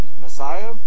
Messiah